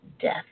death